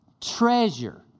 Treasure